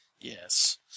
Yes